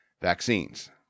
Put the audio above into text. vaccines